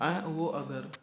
ऐं उहो अगरि